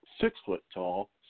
six-foot-tall